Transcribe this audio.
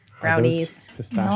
brownies